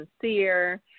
sincere